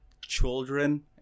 children